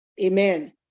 Amen